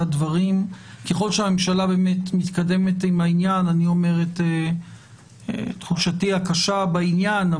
ככל שהממשלה מתקדמת עם העניין אני אומר את תחושתי הקשה בעניין,